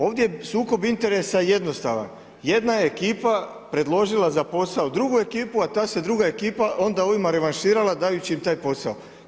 Ovdje je sukob interesa jednostavan, jedna je ekipa predložila za posao drugu ekipu, a ta se druga ekipa onda ovima revanširala dajući im taj posao.